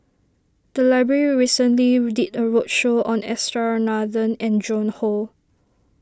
the library recently did a roadshow on S R Nathan and Joan Hon